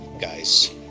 Guys